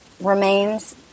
remains